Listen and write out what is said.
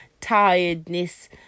tiredness